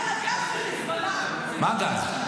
--- מה גז?